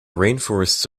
rainforests